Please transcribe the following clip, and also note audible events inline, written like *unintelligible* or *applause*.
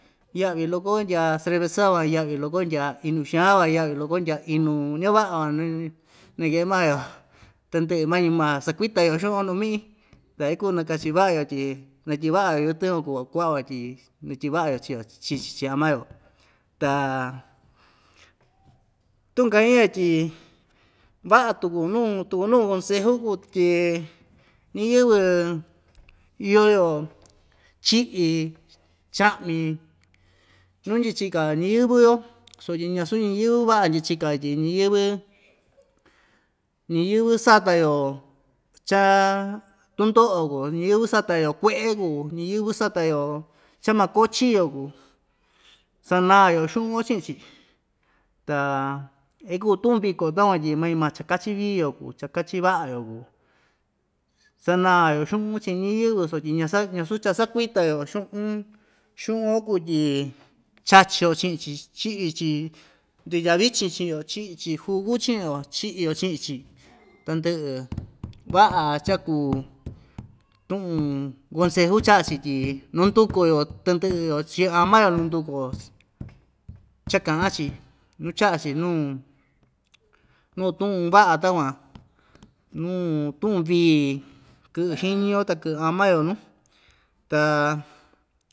Ya'vi loko ndya cerveza van ya'vi loko ndya inu xan va ya'vi loko ndya inu ñava'a van *unintelligible* tɨndɨ'ɨ mañi maa sakuita‑yo xu'un‑yo nuu mi'i ta ikuu nakachi va'a‑yo tyi natyi'i va'a‑yo yɨtɨn‑yo kuu o ku'a van tyi natyi'i va'a‑yo chiio chi‑chi chi'in ama‑yo ta tu'un ka'in ya tyi va'a tuku nuu tuku nuu konseju kuu tyi ñiyɨvɨ iyo‑yo chi'i cha'mi nuu ndyichika‑yo ñiyɨ́vɨ‑yo sutyi ñasu ñiyɨ́vɨ va'a ndyachika‑yo tyi ñiyɨ́vɨ ñiyɨ́vɨ sata‑yo cha tundo'o kuu ñiyɨ́vɨ sata‑yo kue'e kuu ñiyɨ́vɨ sata‑yo cha makoo chio kuu sanaa‑yo xu'un chi'in‑chi ta ikuu tu'un viko takuan tyi mañi maa chakachi viio kuu chakachi va'a‑yo kuu sanaa‑yo xu'un chi'in ñiyɨ́vɨ sotyi ñasa'a ñasu cha‑sakuita‑yo xu'un xu'un‑yo kuu tyi chachio chi'in‑chi chi'i‑chi ndutya vichin chi'in‑yo chi'i‑chi jugu chi'in‑yo chi'i‑yo chi'in‑chi tandɨ'ɨ *noise* va'a cha kuu *noise* tu'un konseju cha'a‑chi tyi nunduku‑yo tandɨ'ɨ‑yo chi'in ama‑yo nunduku‑yo *noise* cha‑ka'an‑chi nucha'a‑chi nuu nuu tu'un va'a takuan nuu tu'un vii kɨ'ɨ xiñi‑yo ta kɨ'ɨ ama‑yo nuu ta.